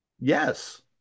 Yes